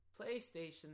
PlayStation